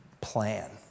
plan